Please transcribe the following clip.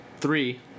three